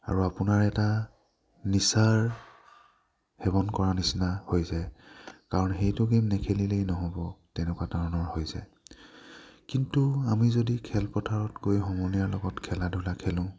আৰু আপোনাৰ এটা নিচাৰ সেৱন কৰা নিচিনা হৈ যায় কাৰণ সেইটো গেম নেখেলিলেই নহ'ব তেনেকুৱা ধৰণৰ হৈছে কিন্তু আমি যদি খেলপথাৰত গৈ সমনীয়াৰ লগত খেলা ধূলা খেলোঁ